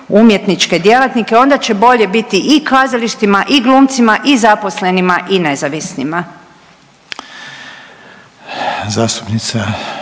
umjetničke djelatnike, onda će bolje biti i kazalištima i glumcima i zaposlenima i nezavisnima.